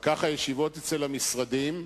ואחר כך הישיבות במשרדים,